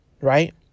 Right